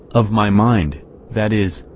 of my mind that is,